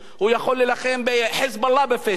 הוא יכול להילחם ב"חיזבאללה" ב"פייסבוק".